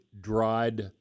dried